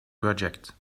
project